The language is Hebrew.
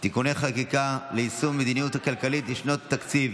(תיקוני חקיקה ליישום המדיניות הכלכלית לשנות התקציב